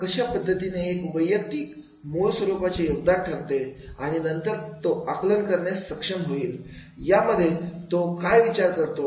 कशा पद्धतीने हे एक वैयक्तिकमूळ स्वरूपाचे योगदान ठरते आणि नंतर तो आकलन करण्यास सक्षम होईल या मध्ये तो काय विचार करतो